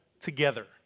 together